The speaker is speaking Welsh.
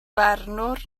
barnwr